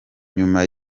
nyuma